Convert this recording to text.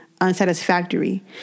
unsatisfactory